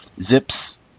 Zips